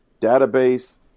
database